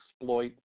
Exploit